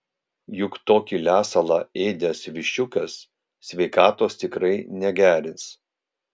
juk tokį lesalą ėdęs viščiukas sveikatos tikrai negerins